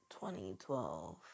2012